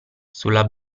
sulla